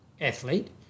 athlete